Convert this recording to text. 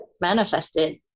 manifested